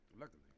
Luckily